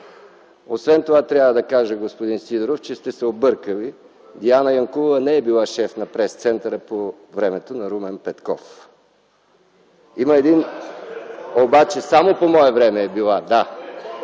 Освен това трябва да кажа, господин Сидеров, че сте се объркали – Диана Янкулова не е била шеф на пресцентъра по времето на Румен Петков. (Смях и оживление в ГЕРБ.) Само по мое време е била, да.